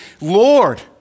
Lord